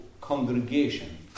congregation